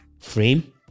frame